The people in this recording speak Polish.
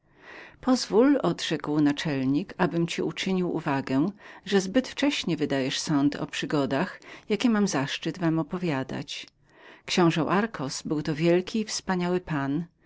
pozwól odrzekł naczelnik abym ci uczynił uwagę że zbyt wcześnie wydajesz sąd o przygodach jakie mam zaszczyt opowiadania przed wami książe darcos był to wielki i wspaniały pan